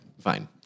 Fine